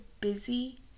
busy